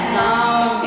long